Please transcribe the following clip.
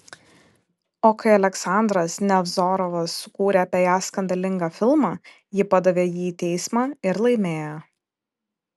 o kai aleksandras nevzorovas sukūrė apie ją skandalingą filmą ji padavė jį į teismą ir laimėjo